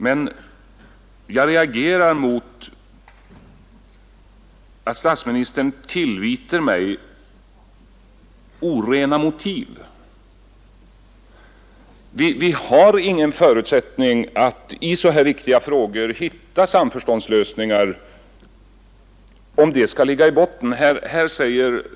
Men jag reagerar mot att statsministern tillvitar mig orena motiv. Vi har ingen förutsättning att i så här viktiga frågor hitta samförståndslösningar om sådana anklagelser ligger i botten.